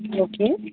okay